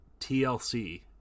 TLC